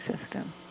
system